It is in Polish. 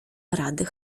rady